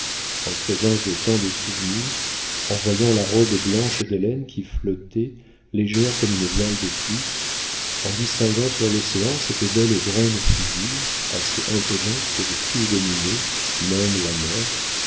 en présence de tant de souvenirs en voyant la robe blanche d'hélène qui flottait légère comme une voile de plus en distinguant sur l'océan cette belle et grande figure assez imposante pour tout dominer même la mer